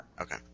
Okay